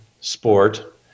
sport